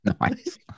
Nice